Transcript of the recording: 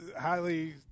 highly